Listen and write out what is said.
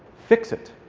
fix it.